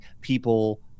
people